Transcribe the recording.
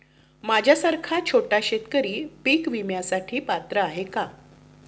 माझ्यासारखा छोटा शेतकरी पीक विम्यासाठी पात्र आहे का?